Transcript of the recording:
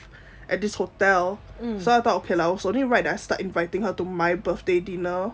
at this hotel so I thought okay lah also at the right at the start inviting her to my birthday dinner